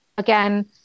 Again